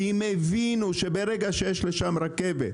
כי הם הבינו שברגע שיש לשם רכבת,